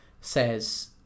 says